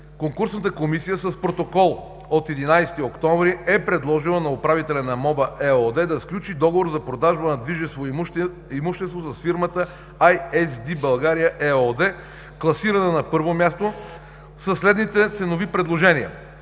конкурсната комисия с протокол от 11 октомври е предложила на управителя на „МОБА“ ЕООД да сключи договор за продажба на движимо имущество с фирмата „АйЕсДи България“ ЕООД, класирана на първо място със следните ценови предложения: